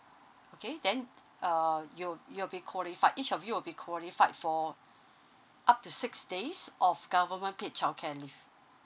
okay then uh you'll you'll be qualified each of you will be qualified for up to six days of government paid childcare leave